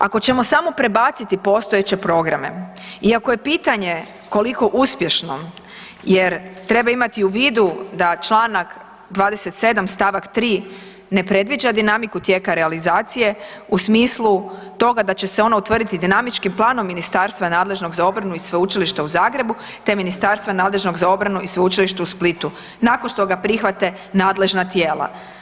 Ako ćemo samo prebaciti postojeće programe i ako je pitanje koliko uspješno jer treba imati u vidu da čl. 27. st. 3. ne predviđa dinamiku tijeka realizacije u smislu toga da će se ono utvrditi dinamičkim planom Ministarstva nadležnog za obranu i Sveučilišta u Zagrebu, te Ministarstva nadležnog za obranu i Sveučilište u Splitu nakon što ga prihvate nadležna tijela.